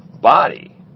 body